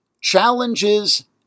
challenges